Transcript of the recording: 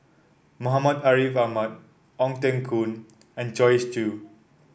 Muhammad Ariff Ahmad Ong Teng Koon and Joyce Jue